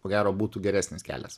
ko gero būtų geresnis kelias